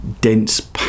dense